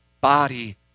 body